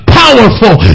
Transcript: powerful